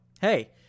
hey